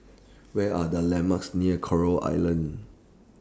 Where Are The landmarks near Coral Island